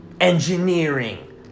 engineering